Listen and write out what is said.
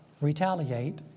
retaliate